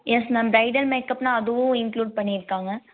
S ma'am bridal மேக்அப்னால் அதுவும் include பண்ணியிருக்காங்க